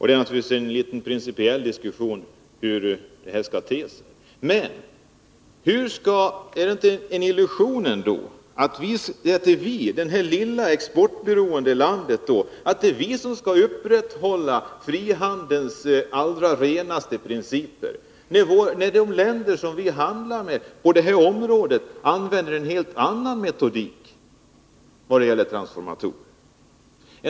Det är naturligtvis en principiell diskussion hur det här skall te sig. Men är det inte en illusion ändå att Sverige, det här lilla exportberoende landet, skall upprätthålla frihandelns allra renaste principer, när de länder som vi handlar med på det här området använder en helt annan metodik vad det gäller transformatorer?